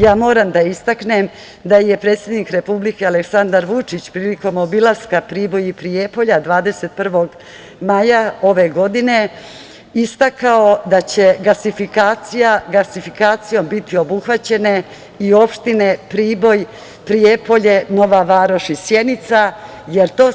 Ja moram da istaknem da je predsednik Republike, Aleksandar Vučić, prilikom obilaska Priboja i Prijepolja 21. maja ove godine, istakao da će gasifikacijom biti obuhvaćene i opštine Priboj, Prijepolje, Nova Varoš i Sjenica, jer to